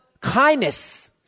kindness